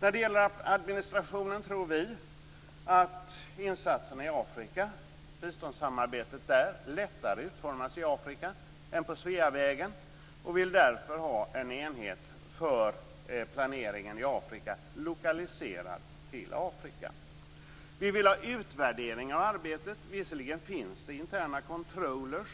När det gäller administrationen tror vi att insatserna i Afrika - biståndssamarbetet där - lättare utformas i Afrika än på Sveavägen, och vill därför ha en enhet för planering i Afrika lokaliserad till Afrika. Vi vill ha utvärdering av arbetet. Visserligen finns det interna controllers